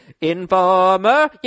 Informer